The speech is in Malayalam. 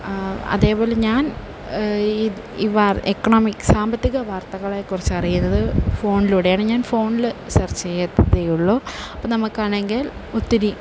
അതേപോലെ ഞാൻ ഈ ഈ വാ എക്കണോമിക്സ് സാമ്പത്തിക വാർത്തകളെ കുറിച്ച് അറിയുന്നത് ഫോണിലൂടെയാണ് ഞാൻ ഫോണിൽ സെർച്ച് ചെയ്യത്തെ ഉള്ളൂ അപ്പം നമുക്കാണെങ്കിൽ ഒത്തിരി